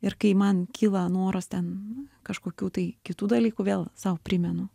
ir kai man kyla noras ten kažkokių tai kitų dalykų vėl sau primenu